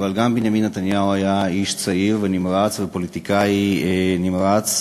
אבל גם בנימין נתניהו היה איש צעיר ונמרץ ופוליטיקאי נמרץ,